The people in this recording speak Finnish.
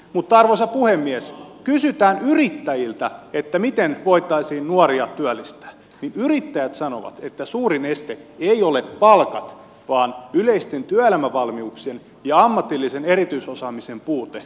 mutta arvoisa puhemies kun kysytään yrittäjiltä miten voitaisiin nuoria työllistää niin yrittäjät sanovat että suurin este ei ole palkat vaan yleisten työelämävalmiuksien ja ammatillisen erityisosaamisen puute